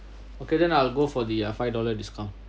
okay then I'll go for the five dollar discount